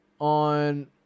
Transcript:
on